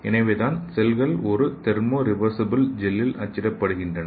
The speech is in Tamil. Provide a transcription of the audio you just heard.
எனவேதான் செல்கள் ஒரு தெர்மோ ரிவர்சிபல் ஜெல்லில் அச்சிடப்படுகின்றன